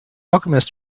alchemist